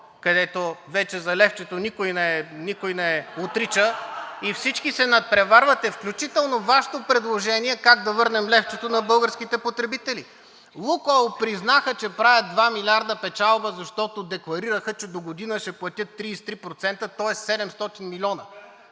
от „Продължаваме Промяната“) и всички се надпреварвате, включително Вашето предложение как да върнем левчето на българските потребители. „Лукойл“ признаха, че правят 2 милиарда печалба, защото декларираха, че догодина ще платят 33%, тоест 700 милиона.